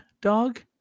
dog